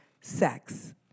sex